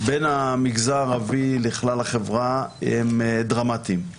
בין המגזר הערבי לכלל החברה הם דרמטיים.